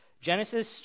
Genesis